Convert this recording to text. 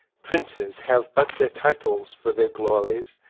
princes have but their titles for their glories,